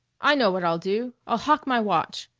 i know what i'll do. i'll hock my watch.